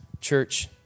church